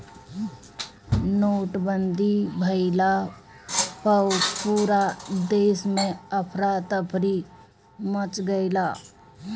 नोटबंदी भइला पअ पूरा देस में अफरा तफरी मच गईल